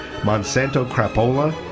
Monsanto-Crapola